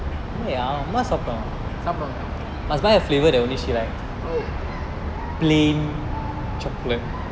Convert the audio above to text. சாப்டுவாங்க சாப்டுவங்க:saapduvange saapduvange oh